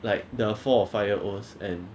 like the four or five year olds and